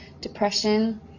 depression